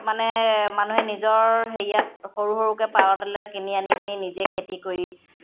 মানে মানুহে নিজৰ হেৰিয়াত সৰু সৰুকে পাৱৰ টিলাৰ কিনি আনি পিনি নিজেই খেতি কৰি